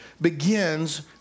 begins